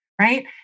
Right